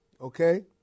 okay